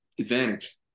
advantage